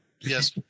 Yes